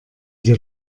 dir